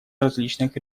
различных